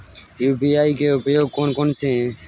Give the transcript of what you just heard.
UPI के उपयोग कौन कौन से हैं?